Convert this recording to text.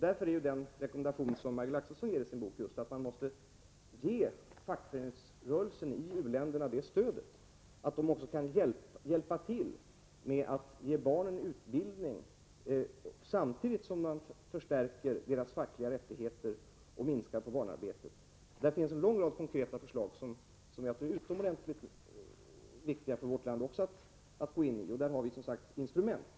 Därför är den rekommendation bra som Majgull Axelsson ger i sin bok att man skall ge fackföreningsrörelsen i u-länderna sådant stöd att den också kan hjälpa till att ge barnen utbildning, samtidigt som man förstärker deras fackliga rättigheter och minskar på barnarbetet. Det finns i boken en lång rad konkreta förslag som jag tror är utomordentligt viktiga, också för vårt land, att ta fasta på. Och därvidlag har vi som sagt instrument.